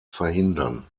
verhindern